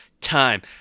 time